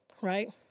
right